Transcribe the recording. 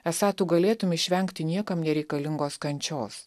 esą tu galėtum išvengti niekam nereikalingos kančios